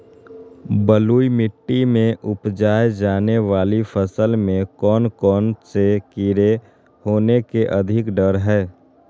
बलुई मिट्टी में उपजाय जाने वाली फसल में कौन कौन से कीड़े होने के अधिक डर हैं?